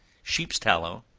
sheep's tallow,